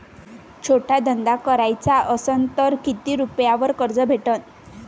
छोटा धंदा कराचा असन तर किती रुप्यावर कर्ज भेटन?